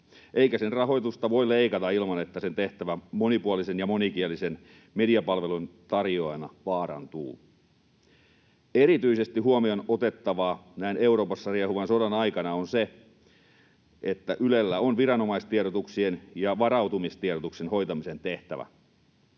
eikä sen rahoitusta voi leikata ilman, että sen tehtävä monipuolisen ja monikielisen mediapalvelun tarjoajana vaarantuu. Erityisesti huomioon otettavaa näin Euroopassa riehuvan sodan aikana on se, että Ylellä on viranomaistiedotuksen ja varautumistiedotuksen hoitamisen tehtävä